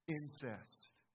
incest